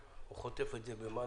הוא חוטף את זה במנות,